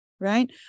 right